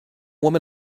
woman